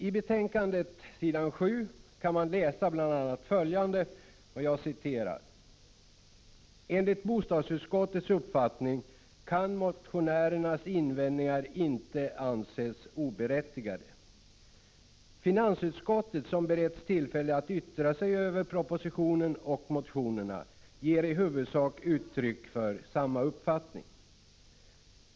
I betänkandet på s. 7 kan man läsa bl.a. följande: ”Enligt bostadsutskottets uppfattning kan motionärernas invändningar inte anses oberättigade. Finansutskottet, som beretts tillfälle att yttra sig över propositionen och motionerna, ger i huvudsak uttryck för samma uppfattning.